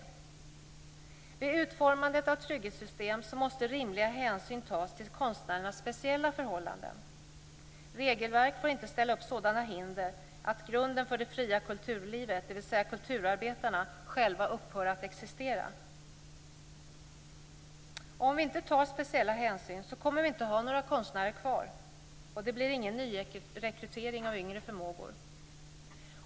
Vid utformande av trygghetssystem måste rimliga hänsyn tas till konstnärernas speciella förhållanden. Regelverk får inte ställa upp sådana hinder att grunden för det fria kulturlivet, dvs. kulturarbetarna själva, upphör att existera. Om vi inte tar speciella hänsyn kommer vi inte att ha några konstnärer kvar och det blir ingen nyrekrytering av yngre förmågor.